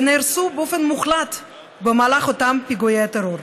ונהרסו באופן מוחלט במהלך אותם פיגועי הטרור.